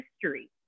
history